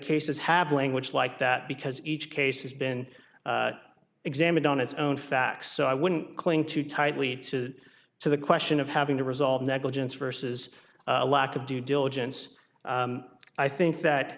cases have language like that because each case has been examined on its own facts so i wouldn't claim too tightly to the question of having to resolve negligence versus lack of due diligence i think that